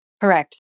Correct